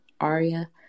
Aria